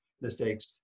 mistakes